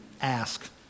Ask